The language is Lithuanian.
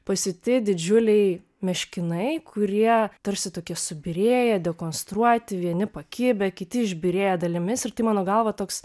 pasiūti didžiuliai meškinai kurie tarsi tokie subyrėję dekonstruoti vieni pakibę kiti išbyrėję dalimis ir mano galva toks